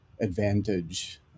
advantage